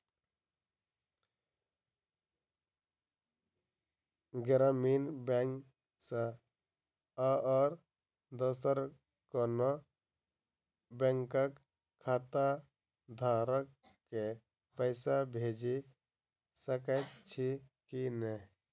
ग्रामीण बैंक सँ आओर दोसर कोनो बैंकक खाताधारक केँ पैसा भेजि सकैत छी की नै?